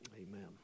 amen